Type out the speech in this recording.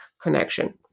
connection